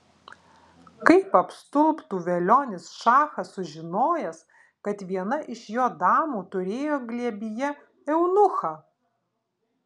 kaip apstulbtų velionis šachas sužinojęs kad viena iš jo damų turėjo glėbyje eunuchą